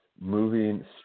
moving